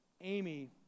Amy